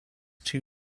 two